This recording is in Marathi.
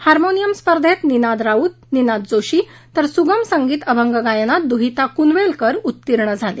हार्मोनियम स्पर्धेत निनाद राऊत आणि निनाद जोशी तर सुगम संगीत अभंग गायनात दुहिता कुनवलेकर उत्तीर्ण झाले